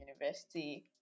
university